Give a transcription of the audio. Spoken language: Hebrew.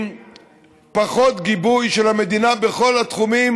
עם פחות גיבוי של המדינה בכל התחומים